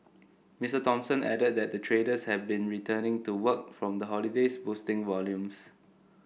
Mister Thompson added that traders have been returning to work from the holidays boosting volumes